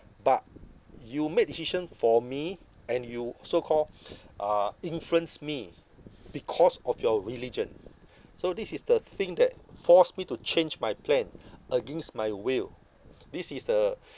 but you make decision for me and you so call uh influence me because of your religion so this is the thing that forced me to change my plan against my will this is a